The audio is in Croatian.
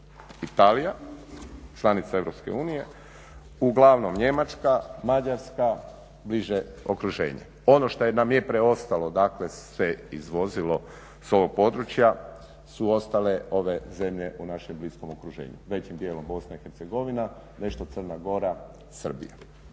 Italija, članica EU, uglavnom Njemačka, Mađarska, bliže okruženje. Ono što nam je preostalo dakle se izvozilo s ovog područja su ostale ove zemlje u našem bliskom okruženju, većim djelom BIH, nešto Crna Gora, Srbija.